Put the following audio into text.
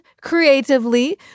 creatively